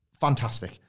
Fantastic